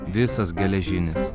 visas geležinis